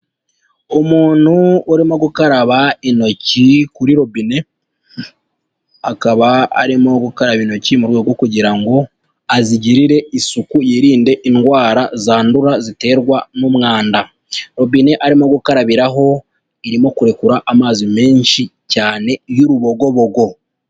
Umuntu urimo gukaraba intoki kuri robine, akaba arimo gukaraba intoki mu rwego kugira ngo azigirire isuku, yirinde indwara zandura ziterwa n'umwanda. Robine arimo gukarabiraho irimo kurekura amazi menshi cyane y'urubogobogo.